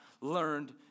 learned